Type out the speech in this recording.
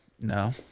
No